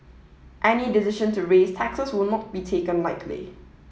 any decision to raise taxes will not be taken lightly